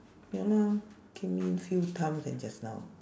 ya lah came in few times eh just now